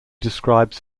describes